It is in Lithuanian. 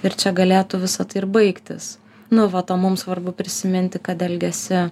ir čia galėtų visa tai ir baigtis nu vat o mums svarbu prisiminti kad elgiasi